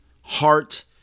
heart